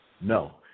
No